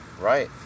Right